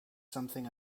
something